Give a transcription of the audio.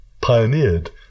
pioneered